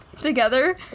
together